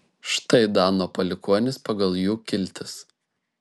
štai dano palikuonys pagal jų kiltis